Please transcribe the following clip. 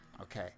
Okay